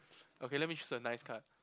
okay let me choose a nice card